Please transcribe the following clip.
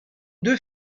deux